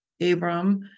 Abram